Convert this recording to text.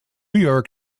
york